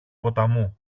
ποταμού